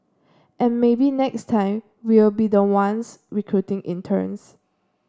and maybe next time we'll be the ones recruiting interns